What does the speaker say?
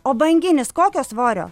o banginis kokio svorio